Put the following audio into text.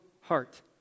heart